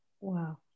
Wow